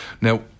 Now